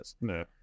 no